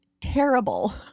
terrible